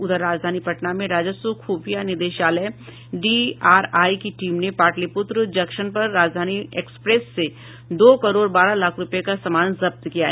उधर राजधानी पटना में राजस्व कुफिया निदेशालय डीआरआई की टीम ने पाटलिपुत्र जंक्शन पर राजधानी एक्सप्रेस से दो करोड़ बारह लाख रूपये का सामान जब्त किया है